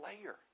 layer